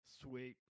Sweet